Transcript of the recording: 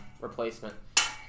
replacement